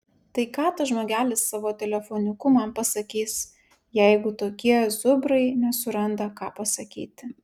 tai ką tas žmogelis savo telefoniuku man pasakys jeigu tokie zubrai nesuranda ką pasakyti